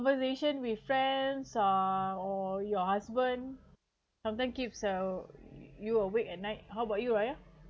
conversation with friends uh or your husband sometime keep uh you awake at night how about you raya